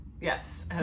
Yes